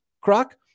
Croc